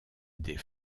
des